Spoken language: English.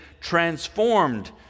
transformed